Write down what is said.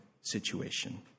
situation